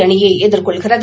அணியை எதிர்கொள்கிறது